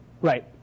Right